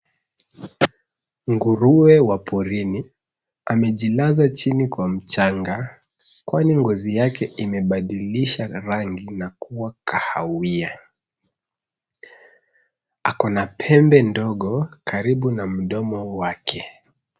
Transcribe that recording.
Ngurue wa porini amejilaza chini kwa mchanga kwani ngozi yake imebadilisha rangi na kua kahawia, ako na pembe ndogo karibu na mdomo wake.